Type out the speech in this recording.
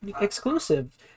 exclusive